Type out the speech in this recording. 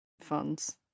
funds